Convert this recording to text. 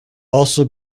also